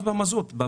למשל.